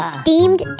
Steamed